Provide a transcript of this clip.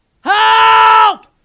Help